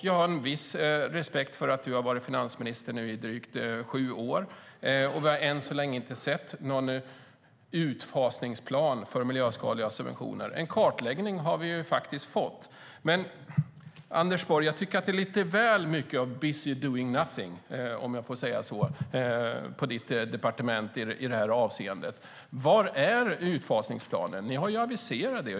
Jag har en viss respekt för att du har varit finansminister i drygt sju år nu, men vi har än så länge inte sett någon utfasningsplan för miljöskadliga subventioner. En kartläggning har vi faktiskt fått. Jag tycker att det är lite väl mycket av "busy doing nothing", Anders Borg, på ditt departement i detta avseende. Var är utfasningsplanen? Ni har ju aviserat den.